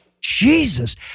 Jesus